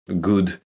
good